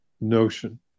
notion